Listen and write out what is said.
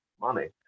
Money